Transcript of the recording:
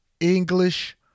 English